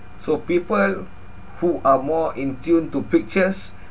so people who are more in tune to pictures